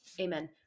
Amen